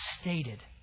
stated